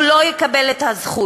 הוא לא יקבל את הזכות.